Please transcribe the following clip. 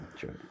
Sure